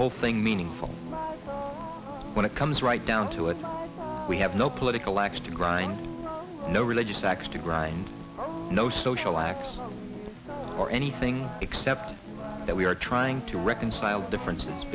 whole thing meaningful when it comes right down to it we have no political axe to grind no religious axe to grind no social acts or anything except that we are trying to reconcile differences